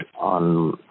on